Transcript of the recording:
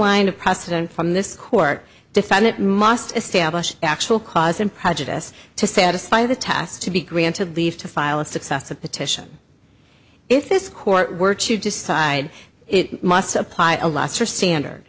wind of precedent from this court defendant must establish actual cause and prejudice to satisfy the task to be granted leave to file a successive petition if this court were to decide it must supply a last or standard